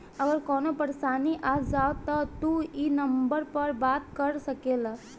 अगर कवनो परेशानी आ जाव त तू ई नम्बर पर बात कर सकेल